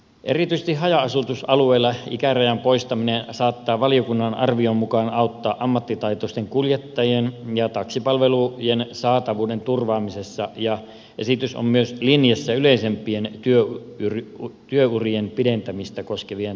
erityisesti haja asutusalueilla ikärajan poistaminen saattaa valiokunnan arvion mukaan auttaa ammattitaitoisten kuljettajien ja taksipalvelujen saatavuuden turvaamisessa ja esitys on myös linjassa yleisempien työurien pidentämistä koskevien tavoitteiden kanssa